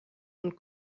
und